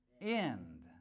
end